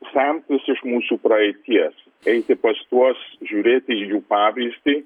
semtis iš mūsų praeities eiti pas tuos žiūrėti į jų pavyzdį